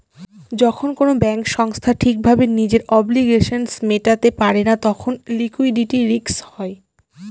যখন কোনো ব্যাঙ্ক সংস্থা ঠিক ভাবে নিজের অব্লিগেশনস মেটাতে পারে না তখন লিকুইডিটি রিস্ক হয়